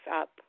up